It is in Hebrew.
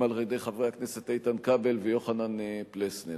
על-ידי חברי הכנסת איתן כבל ויוחנן פלסנר,